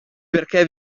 perché